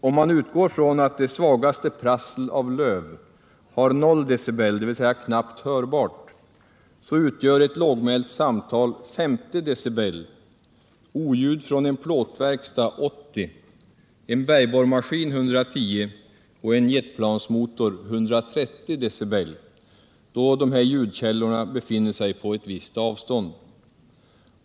Om man utgår från att det svagaste prassel av löv har O dB, dvs. är knappt hörbart, så utgör ett lågmält samtal 50, oljud från en plåtverkstad 80, från en bergborrmaskin 110 och från en jetplansmotor 130 dB, då dessa ljudkällor befinner sig på visst avstånd.